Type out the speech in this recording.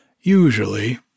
Usually